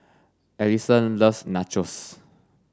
Ellison loves Nachos